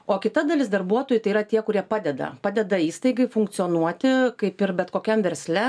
o kita dalis darbuotojų tai yra tie kurie padeda padeda įstaigai funkcionuoti kaip ir bet kokiam versle